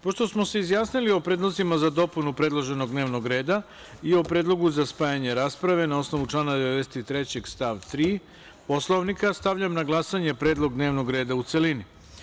Pošto smo se izjasnili o predlozima za dopunu predloženog dnevnog reda i o predlogu za spajanje rasprave, na osnovu člana 93. stav 3. Poslovnika, stavljam na glasanje predlog dnevnog reda u celini.